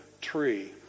tree